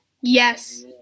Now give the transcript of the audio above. Yes